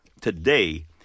Today